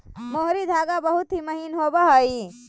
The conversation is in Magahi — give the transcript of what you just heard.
मोहरी धागा बहुत ही महीन होवऽ हई